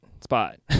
spot